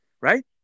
right